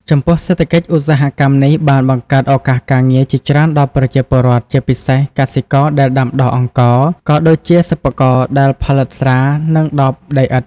ចំពោះសេដ្ឋកិច្ច ឧស្សាហកម្មនេះបានបង្កើត ឱកាសការងារ ជាច្រើនដល់ប្រជាពលរដ្ឋ ជាពិសេសកសិករដែលដាំដុះអង្ករ ក៏ដូចជាសិប្បករដែលផលិតស្រា និងដបដីឥដ្ឋ។